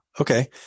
Okay